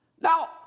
Now